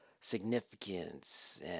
significance